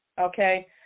Okay